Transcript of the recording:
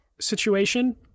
situation